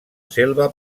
selva